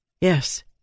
Yes